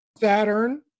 Saturn